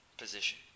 position